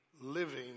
living